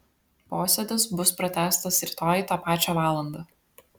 posėdis bus pratęstas rytoj tą pačią valandą